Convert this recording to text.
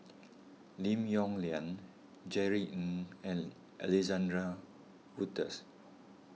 Lim Yong Liang Jerry Ng and Alexander Wolters